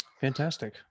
Fantastic